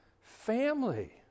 family